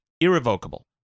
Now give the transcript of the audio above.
irrevocable